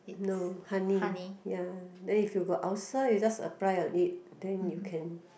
no honey ya then if you got ulcer you just apply on it then you can